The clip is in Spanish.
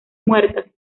muertas